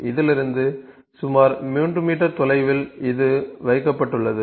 இதிலிருந்து சுமார் 3 மீட்டர் தொலைவில் இது வைக்கப்பட்டுள்ளது